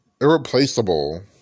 irreplaceable